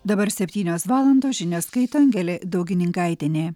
dabar septynios valandos žinias skaito angelė daugininkaitienė